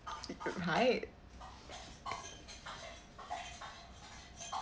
we could hide